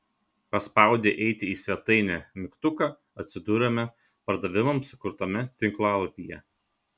paspaudę eiti į svetainę mygtuką atsiduriame pardavimams sukurtame tinklalapyje